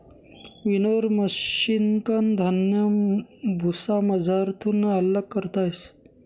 winnower मशिनकन धान्य भुसामझारथून आल्लग करता येस